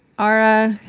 aura